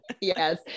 Yes